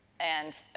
and,